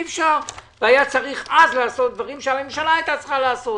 היה צריך אז לעשות דברים שהממשלה הייתה צריכה לעשות.